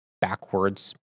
backwards